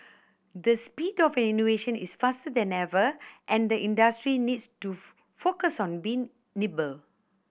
the speed of innovation is faster than ever and the industry needs to focus on being nimble